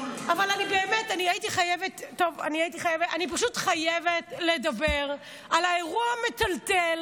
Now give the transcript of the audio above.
אבל אני פשוט חייבת לדבר על האירוע המטלטל